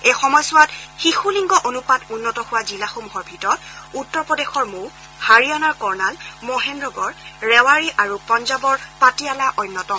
এই সময়ছোৱাত শিশু লিংগ অনুপাত উন্নত হোৱা জিলাসমূহৰ ভিতৰত উত্তৰপ্ৰদেশৰ মৌ হাৰিয়ানাৰ কৰ্ণাল মহেন্দ্ৰগড ৰেৱাড়ি আৰু পাঞ্জাৱৰ পাটিয়ালা অন্যতম